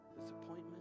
disappointment